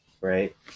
right